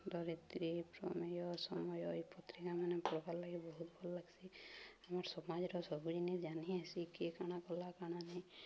ଧରିତ୍ରୀ ପ୍ରମେୟ ସମୟ ଏଇ ପତ୍ରିକା ମାନେ ପଢ଼୍ବାର୍ ଲାଗି ବହୁତ ଭଲ୍ ଲାଗ୍ସି ଆମର୍ ସମାଜର ସବୁ ଜିନିଷ୍ ଜାନି ହେସି କିଏ କାଣା କଲା କାଣା ନାହିଁ